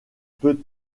peut